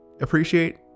appreciate